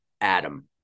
Adam